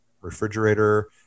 refrigerator